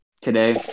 today